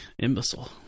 Imbecile